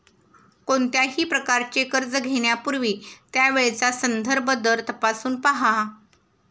कोणत्याही प्रकारचे कर्ज घेण्यापूर्वी त्यावेळचा संदर्भ दर तपासून पहा